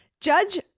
Judge